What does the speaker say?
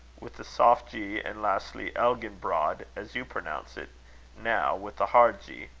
with a soft g, and lastly elginbrod, as you pronounce it now, with a hard g.